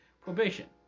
probation